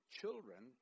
children